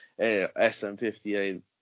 SM58